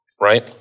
right